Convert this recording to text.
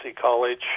College